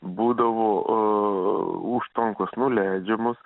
būdavo a užtvankos nuleidžiamos